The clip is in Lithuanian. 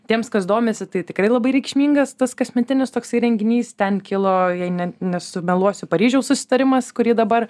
tiems kas domisi tai tikrai labai reikšmingas tas kasmetinis toksai renginys ten kilo jei ne nesumeluosiu paryžiaus susitarimas kurį dabar